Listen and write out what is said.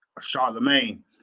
Charlemagne